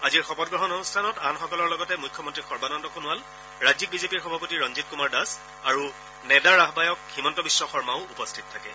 আজিৰ শপত গ্ৰহণ অনুষ্ঠানত আনসকলৰ লগতে মুখ্যমন্ত্ৰী সৰ্বানন্দ সোণোৱাল ৰাজ্যিক বিজেপিৰ সভাপতি ৰঞ্জিত কুমাৰ দাস আৰু নেডাৰ আহবায়ক হিমন্ত বিশ্ব শৰ্মাও উপস্থিত থাকে